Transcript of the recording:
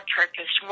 purpose